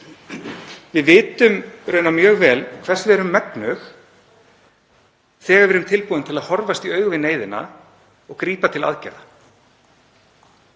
Við vitum raunar mjög vel hvers við erum megnug þegar við erum tilbúin til að horfast í augu við neyðina og grípa til aðgerða.